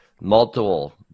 multiple –